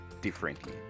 differently